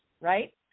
right